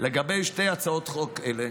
לגבי שתי הצעות חוק אלה